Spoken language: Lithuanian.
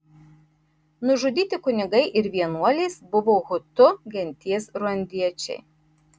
nužudyti kunigai ir vienuolės buvo hutu genties ruandiečiai